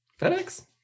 fedex